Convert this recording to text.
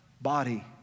body